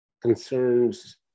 concerns